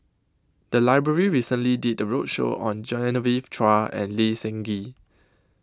The Library recently did A roadshow on Genevieve Chua and Lee Seng Gee